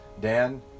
Dan